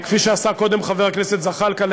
כפי שעשה קודם חבר הכנסת זחאלקה.